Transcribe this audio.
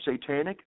satanic